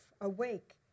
awake